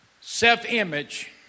Self-image